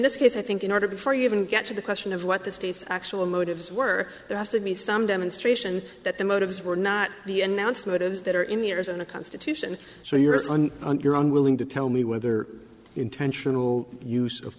this case i think in order before you even get to the question of what the state's actual motives were there has to be some demonstration that the motives were not the announced motives that are in the arizona constitution so your son you're unwilling to tell me whether intentional use of